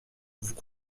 vous